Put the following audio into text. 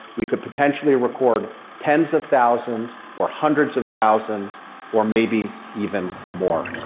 we could potentially record tens of thousands or hundreds of thousands or maybe even more.